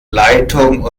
leitung